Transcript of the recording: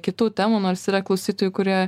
kitų temų nors yra klausytojų kurie